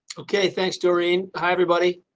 okay, thanks, doreen. hi everybody.